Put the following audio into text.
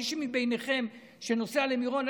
מי מביניכם שנוסע למירון,